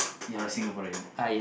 ya we Singaporean